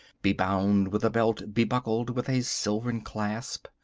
bebound with a belt bebuckled with a silvern clasp,